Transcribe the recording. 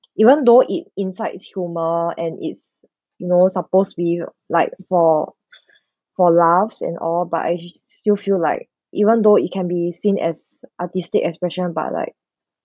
even though it insight is humour and it's you know suppose being a like for for laughs and all but I just still feel like even though it can be seen as artistic expression but like